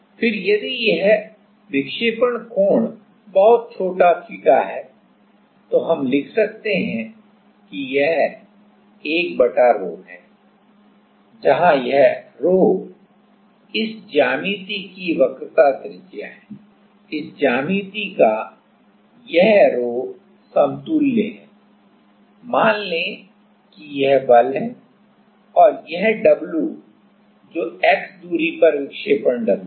फिर यदि यह विक्षेपण कोण बहुत छोटा थीटा है तो हम लिख सकते हैं कि यह 1 ρ है जहां यह ρ इस ज्यामिति की वक्रता त्रिज्या है इस ज्यामिति का यह ρ समतूल्य है मान लें कि यह बल है और यह W जो x दूरी पर विक्षेपण W है